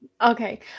Okay